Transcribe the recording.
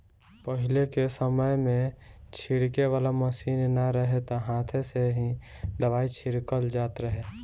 पहिले के समय में छिड़के वाला मशीन ना रहे त हाथे से ही दवाई छिड़कल जात रहे